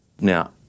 Now